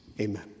Amen